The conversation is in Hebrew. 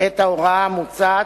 ההוראה המוצעת,